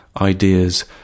ideas